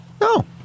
No